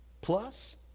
plus